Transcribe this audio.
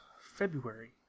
February